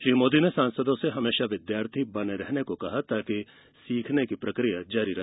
श्री मोदी ने सांसदों से हमेशा विद्यार्थी बने रहने को कहा ताकि सीखने की प्रक्रिया जारी रहे